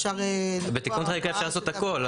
אפשר לקבוע הוראת שעה --- בתיקון חקיקה אפשר לעשות הכול.